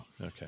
okay